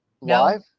Live